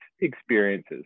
experiences